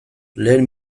lehen